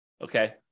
Okay